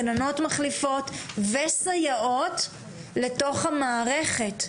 גננות מחליפות וסייעות לתוך המערכת,